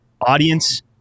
Audience